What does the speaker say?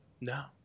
no